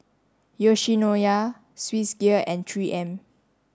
Yoshinoya Swissgear and three M